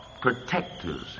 protectors